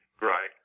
right